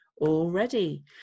already